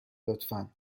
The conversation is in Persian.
لطفا